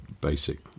basic